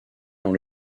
dans